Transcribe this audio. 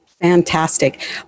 Fantastic